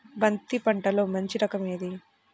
బంతి పంటలో మంచి రకం ఏది?